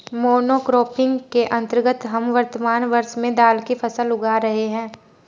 monocropping के अंतर्गत हम वर्तमान वर्ष में दाल की फसल उगा रहे हैं